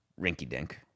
rinky-dink